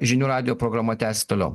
žinių radijo programa tęsia toliau